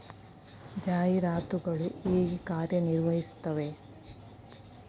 ಜಾಹೀರಾತುಗಳು ಹೇಗೆ ಕಾರ್ಯ ನಿರ್ವಹಿಸುತ್ತವೆ?